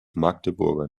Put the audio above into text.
magdeburger